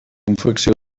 confecció